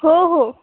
हो हो